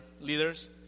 leaders